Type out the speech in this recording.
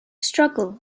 struggle